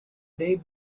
day